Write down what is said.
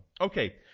Okay